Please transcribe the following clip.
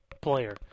player